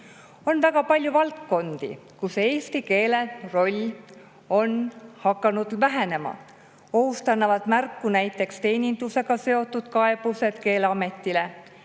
väga palju valdkondi, kus eesti keele roll on hakanud vähenema. Ohust annavad märku näiteks teenindusega seotud kaebused Keeleametile.